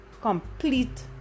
complete